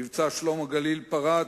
מבצע "שלום הגליל" פרץ,